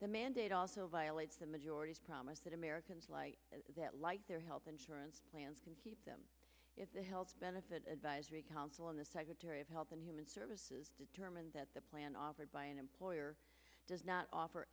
the mandate also violates the majority's promise that americans like that like their health insurance plans can keep them it's a health benefit advisory council and the secretary of health and human services determined that the plan offered by an employer does not offer